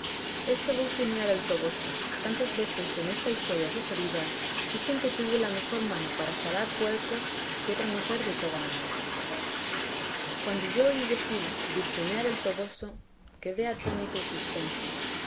esta dulcinea del toboso tantas veces en esta historia referida dicen que tuvo la mejor mano para salar puercos que otra mujer de toda la mancha cuando yo oí decir dulcinea del toboso quedé atónito y suspenso